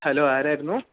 hello ആരായിരുന്നു